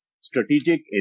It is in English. strategic